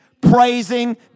praising